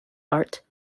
art